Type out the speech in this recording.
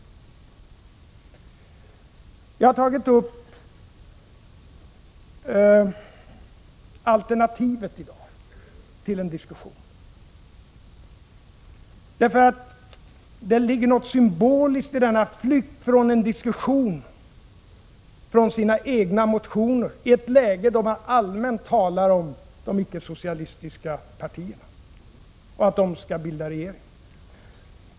Jag har tagit upp alternativet i dag till en diskussion, därför att det ligger något symboliskt i denna flykt från en diskussion om de egna motionerna — i ett läge då man allmänt talar om de icke-socialistiska partierna och om att de skall bilda regering.